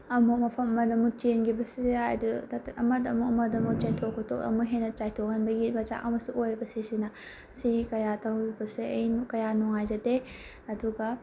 ꯑꯃꯨꯛ ꯃꯐꯝ ꯑꯃꯗ ꯑꯃꯨꯛ ꯆꯦꯟꯒꯤꯕꯁꯨ ꯌꯥꯏ ꯑꯗꯨ ꯑꯃꯗꯃꯨꯛ ꯑꯃꯗꯃꯨꯛ ꯆꯦꯟꯊꯣꯛ ꯈꯣꯠꯊꯣꯛ ꯑꯃꯨꯛ ꯆꯥꯏꯊꯣꯛ ꯈꯣꯠꯇꯣꯛꯍꯟꯕꯒꯤ ꯃꯆꯥꯛ ꯑꯃꯁꯨ ꯑꯣꯏꯕ ꯁꯤꯁꯤꯅ ꯁꯤ ꯀꯌꯥ ꯇꯧꯕꯁꯦ ꯑꯩ ꯀꯌꯥ ꯅꯨꯡꯉꯥꯏꯖꯗꯦ ꯑꯗꯨꯒ